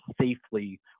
safely